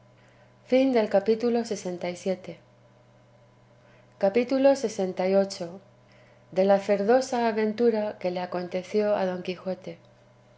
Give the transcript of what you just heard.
velando capítulo lxviii de la cerdosa aventura que le aconteció a don quijote